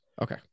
Okay